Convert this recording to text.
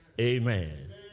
Amen